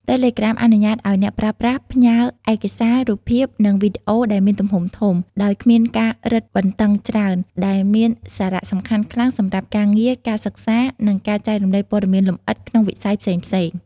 តេឡេក្រាមអនុញ្ញាតឱ្យអ្នកប្រើប្រាស់ផ្ញើឯកសារ រូបភាព និងវីដេអូដែលមានទំហំធំ ដោយគ្មានការរឹតបន្តឹងច្រើន ដែលមានសារៈសំខាន់ខ្លាំងសម្រាប់ការងារ ការសិក្សា និងការចែករំលែកព័ត៌មានលម្អិតក្នុងវិស័យផ្សេងៗ។